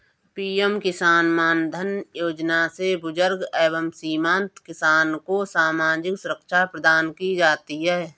PM Kisan Maandhan Yojana से बुजुर्ग एवं सीमांत किसान को सामाजिक सुरक्षा प्रदान की जाती है